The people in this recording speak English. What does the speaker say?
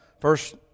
First